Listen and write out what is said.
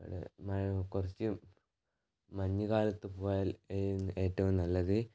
അവിടെ മഴ കുറച്ച് മഞ്ഞ് കാലത്ത് പോയാൽ ഏറ്റവും നല്ലത്